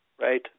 right